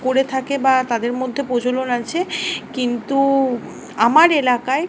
করে থাকে বা তাদের মধ্যে প্রচলন আছে কিন্তু আমার এলাকায়